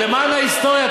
למען ההיסטוריה,